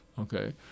Okay